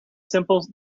simple